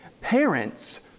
parents